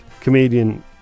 comedian